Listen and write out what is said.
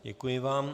Děkuji vám.